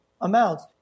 amounts